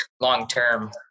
long-term